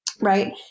Right